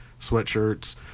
sweatshirts